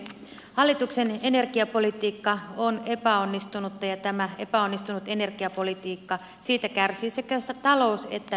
hallituksen energiapolitiikka on epäonnistunutta ja tästä epäonnistuneesta energiapolitiikasta kärsivät sekä talous että ympäristö